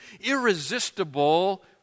irresistible